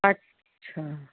अच्छा